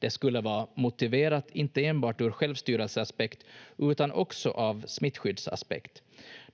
Det skulle vara motiverat, inte enbart ur självstyrelseaspekt utan också av smittskyddsaspekt.